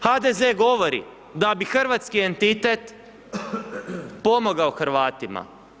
HDZ-e govori da bi hrvatski entitet pomogao Hrvatima.